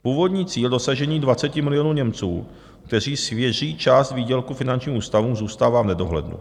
Původní cíl dosažení 20 milionů Němců, kteří svěří část výdělku finančním ústavům, zůstává v nedohlednu.